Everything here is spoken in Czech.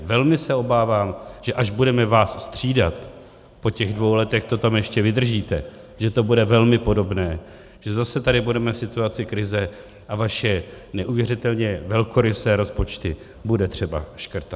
Velmi se obávám, že až budeme vás střídat po těch dvou letech, to tam ještě vydržíte, že to bude velmi podobné, že zase tady budeme v situaci krize a vaše neuvěřitelně velkorysé rozpočty bude třeba škrtat.